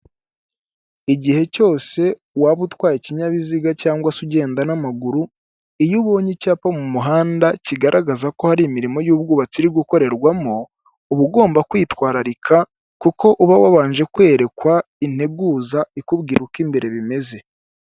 Igihe cyose waba utwaye ikinyabiziga cyangwa se ugenda n'amaguru iyo ubonye icyapa mu muhanda kigaragaza ko hari imirimo y'ubwubatsi iri gukorerwamo uba ugomba kwitwararika kuko uba wabanje kwerekwa integuza ikubwira uko imbere bimeze.